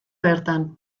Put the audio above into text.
bertan